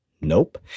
Nope